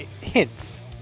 hints